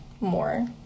more